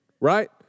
Right